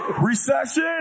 Recession